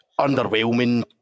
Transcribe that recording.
Underwhelming